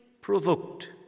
provoked